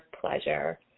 pleasure